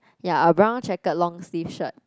ya a brown checkered long sleeve shirt